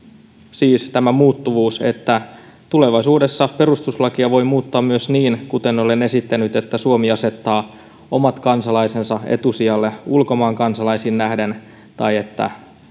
siis tämä muuttuvuus että tulevaisuudessa perustuslakia voi muuttaa myös niin kuten olen esittänyt että suomi asettaa omat kansalaisensa etusijalle ulkomaan kansalaisiin nähden tai